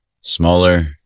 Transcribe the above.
smaller